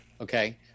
okay